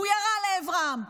הוא ירה לעברם.